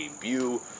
debut